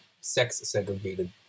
sex-segregated